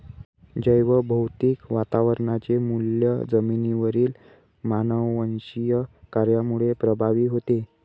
जैवभौतिक वातावरणाचे मूल्य जमिनीवरील मानववंशीय कार्यामुळे प्रभावित होते